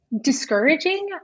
discouraging